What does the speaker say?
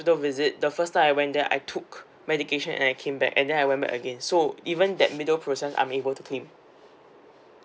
visit the first time I went there I took medication and I came back and then I went back again so even that little process I'm able to claim